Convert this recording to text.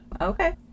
Okay